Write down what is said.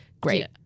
great